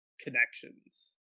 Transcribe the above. connections